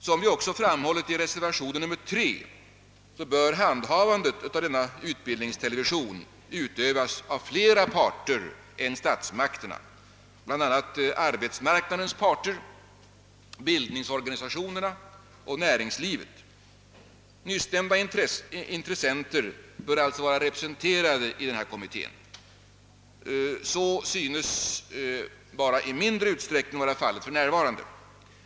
Som vi också framhållit i reservationen 3 bör denna utbildningstelevision handhas av flera parter än statsmakterna, bl.a. arbetsmarknadens parter, bildningsorganisationerna och näringslivet. Nyssnämnda intressenter bör alltså vara representerade i kommittén. Så synes endast i mindre utsträckning vara fallet för närvarande.